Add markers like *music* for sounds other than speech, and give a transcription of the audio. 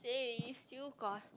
*noise* still got